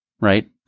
Right